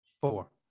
four